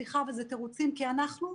סליחה, אלה תירוצים, כי אנחנו,